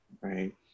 right